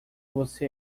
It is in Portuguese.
você